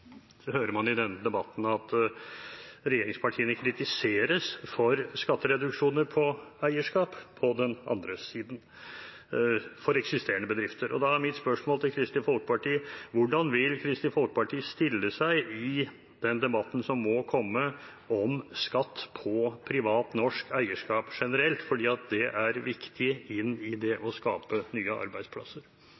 hører man i denne debatten at regjeringspartiene på den andre siden kritiseres for skattereduksjoner på eierskap for eksisterende bedrifter. Da er mitt spørsmål til Kristelig Folkeparti: Hvordan vil Kristelig Folkeparti stille seg i den debatten som må komme om skatt på privat norsk eierskap generelt, for det er viktig inn i det å